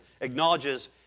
acknowledges